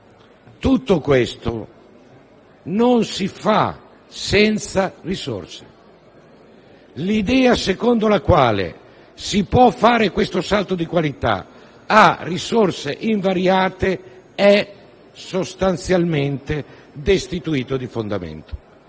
Tutto questo non si fa senza risorse. L'idea secondo la quale si può fare il salto di qualità a risorse invariate è sostanzialmente destituito di fondamento.